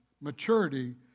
maturity